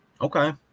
Okay